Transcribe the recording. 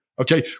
Okay